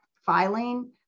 filing